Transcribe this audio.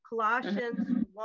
Colossians